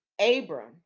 Abram